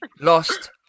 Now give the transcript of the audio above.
lost